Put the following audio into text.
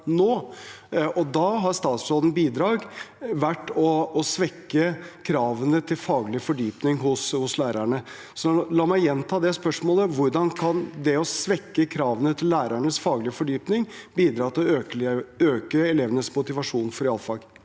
Da har statsrådens bidrag vært å svekke kravene til faglig fordypning hos lærerne. Så la meg gjenta spørsmålet: Hvordan kan det å svekke kravene til lærernes faglige fordypning bidra til å øke elevenes motivasjon for realfag?